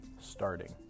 starting